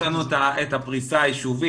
יש לנו את הפריסה היישובית,